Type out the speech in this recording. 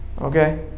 Okay